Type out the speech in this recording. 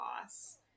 loss